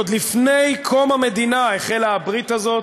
עוד לפני קום המדינה החלה הברית הזאת.